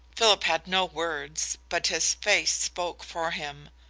philip had no words, but his face spoke for him.